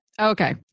Okay